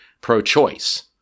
pro-choice